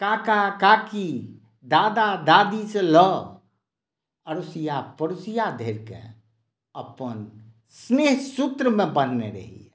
काका काकी दादा दादी से लऽ अड़ोसिया पड़ोसिया धरि के अपन स्नेह सूत्रमे बन्हने रहैया